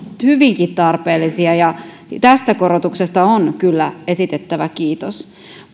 hyvinkin tarpeellisia ja näistä korotuksista on kyllä esitettävä kiitos